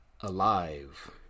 Alive